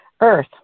earth